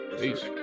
Peace